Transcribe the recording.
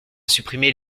supprimer